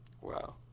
Wow